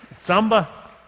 samba